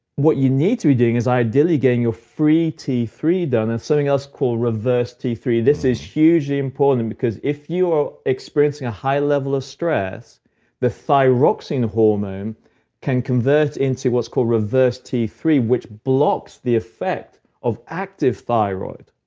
what you need to be doing is ideally getting your free t three done and something else called reverse t three. this is hugely important because if you are experiencing a high level of stress the thyroxine hormone can convert into what's called reverse t three, which blocks the effect of active thyroid.